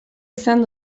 izan